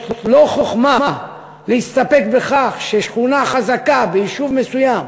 זו לא חוכמה להסתפק בכך ששכונה חזקה ביישוב מסוים